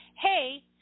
hey